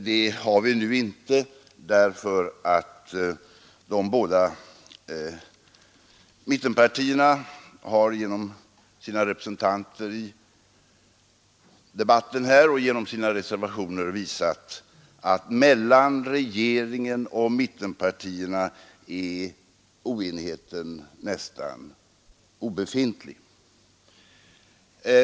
Det gör det nu inte; de båda mittenpartierna har genom sina representanter i debatten och genom sina reservationer visat att mellan regeringen och mittenpartierna är oenigheten nästan obefintlig.